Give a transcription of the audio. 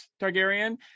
Targaryen